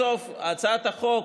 בסוף הצעת החוק,